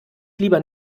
lieber